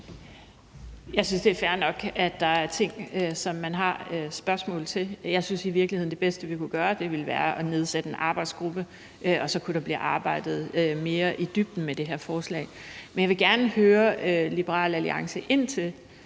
Jeg synes, at det er fair nok, at der er ting, man har spørgsmål til. Jeg synes i virkeligheden, at det bedste, vi kunne gøre, ville være at nedsætte en arbejdsgruppe, og så kunne der blive arbejdet mere i dybden med det her forslag. Men jeg vil gerne spørge Liberal Alliance til